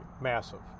massive